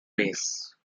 base